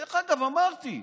דרך אגב, אמרתי,